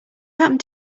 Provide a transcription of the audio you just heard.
happened